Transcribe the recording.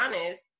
honest